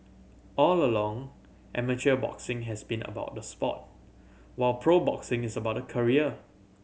all along amateur boxing has been about the sport while pro boxing is about career